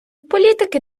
політики